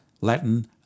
Latin